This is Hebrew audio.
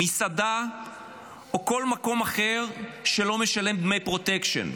מסעדה או כל מקום אחר שלא משלם דמי פרוטקשן,